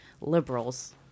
liberals